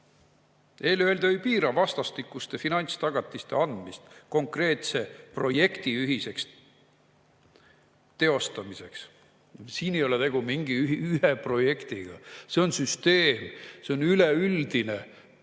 eelöeldu ei piira vastastikuste finantstagatiste andmist konkreetse projekti ühiseks teostamiseks." Siin ei ole tegu mingi ühe projektiga. See on süsteem. See on üleüldine tagatiste